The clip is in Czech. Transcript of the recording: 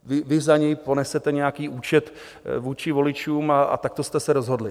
Vy za něj ponesete nějaký účet vůči voličům a takto jste se rozhodli.